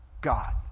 God